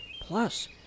Plus